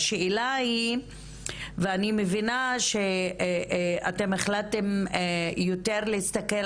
אני מבינה שאתם החלטתם להסתכל יותר